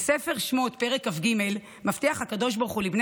בספר שמות פרק כ"ג מבטיח הקדוש ברוך לבני